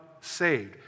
saved